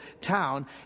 town